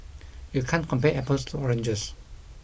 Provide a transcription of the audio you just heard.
you can't compare apples to oranges